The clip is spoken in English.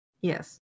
Yes